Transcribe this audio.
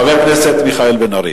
חבר הכנסת מיכאל בן-ארי.